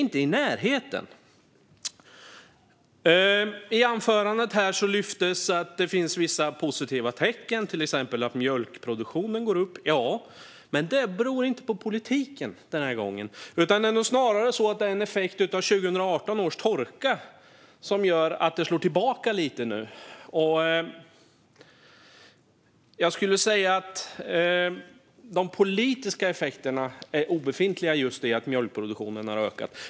I anförandet lyftes det fram att det finns vissa positiva tecken, till exempel att mjölkproduktionen går upp. Jo, men den här gången beror det inte på politiken. Det är nog snarare en effekt av att det slår tillbaka lite efter 2018 års torka. Jag skulle säga att effekterna av politiska insatser är obefintliga just när det gäller att mjölkproduktionen har ökat.